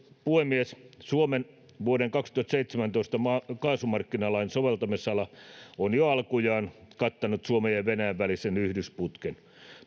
puhemies suomen vuoden kaksituhattaseitsemäntoista kaasumarkkinalain soveltamisala on jo alkujaan kattanut suomen ja ja venäjän välisen yhdysputken